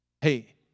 hey